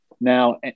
now